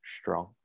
strong